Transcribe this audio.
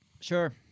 Sure